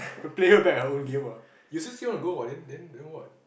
play her back her own game ah you also say want to go what then then then what